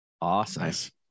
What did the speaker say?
Awesome